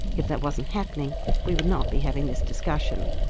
if that wasn't happening we would not be having this discussion.